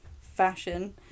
Fashion